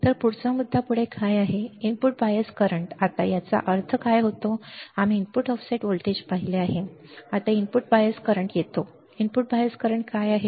तर पुढचा मुद्दा पुढे काय आहे इनपुट बायस करंट आता याचा काय अर्थ होतो आम्ही इनपुट ऑफसेट व्होल्टेज पाहिले आहे आता इनपुट बायस करंट येतो इनपुट बायस करंट काय आहे